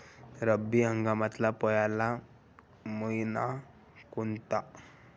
रब्बी हंगामातला पयला मइना कोनता?